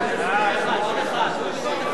נתקבלו.